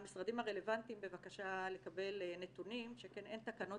פנינו למשרדים הרלוונטיים בבקשה לקבל נתונים שכן אין תקנות